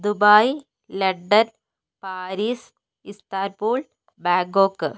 Dubai London Paris Istanbul Bangkok